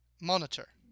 Monitor